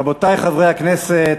רבותי חברי הכנסת,